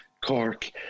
Cork